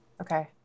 Okay